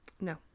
No